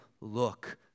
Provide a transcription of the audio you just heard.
look